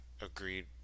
agreed